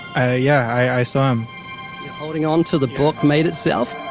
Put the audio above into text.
yeah i still am. you're holding on to, the book made itself?